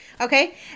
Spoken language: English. Okay